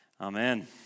Amen